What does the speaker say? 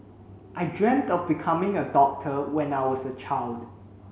I dreamt of becoming a doctor when I was a child